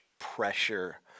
pressure